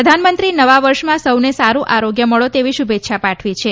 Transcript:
પ્રધાનમંત્રી નવા વર્ષમાં સહુને સારું આરોગ્ય મળો તેવી શુભેચ્છા પાઠવી છે